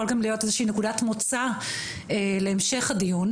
גם להיות איזושהי נקודת מוצא להמשך הדיון,